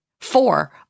four